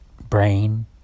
brain